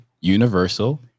Universal